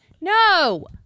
No